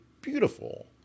beautiful